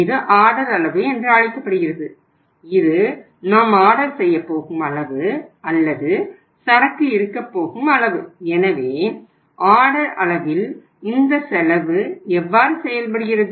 இது ஆர்டர் அளவு அளவில் இந்த செலவு இவ்வாறு செயல்படுகிறது